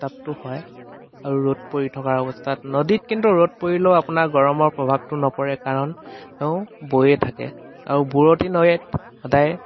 উত্তাপটো হয় আৰু ৰ'দ পৰি থকাৰ অৱস্থাত নদীত কিন্তু ৰ'দ পৰিলেও আপোনাৰ গৰমৰ প্ৰভাৱটো নপৰে কাৰণ তেওঁ বৈয়ে থাকে আৰু বোৱতী নৈত সদায়